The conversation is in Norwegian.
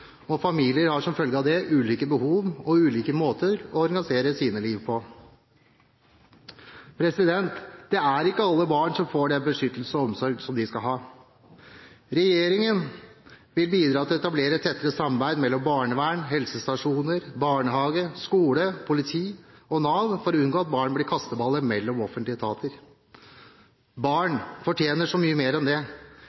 og familier har som følge av det ulike behov og ulike måter å organisere sine liv på. Det er ikke alle barn som får den beskyttelsen og omsorgen som de skal ha. Regjeringen vil bidra til å etablere tettere samarbeid mellom barnevernet, helsestasjoner, barnehager, skoler, politiet og Nav for å unngå at barn blir kasteballer mellom offentlige etater. Barn